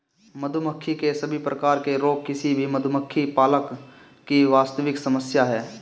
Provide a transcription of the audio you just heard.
मधुमक्खी के सभी प्रकार के रोग किसी भी मधुमक्खी पालक की वास्तविक समस्या है